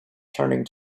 turning